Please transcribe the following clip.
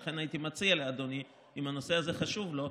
לכן הייתי מציע לאדוני, אם הנושא הזה חשוב לו,